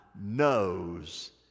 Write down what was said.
knows